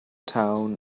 town